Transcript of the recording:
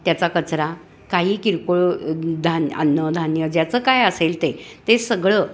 त्याचा कचरा काही किरपोळ धान्य अन्नधान्य ज्याचं काय असेल ते ते सगळं